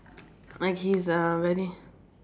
like he's uh very